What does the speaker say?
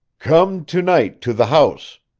kum tonite to the house.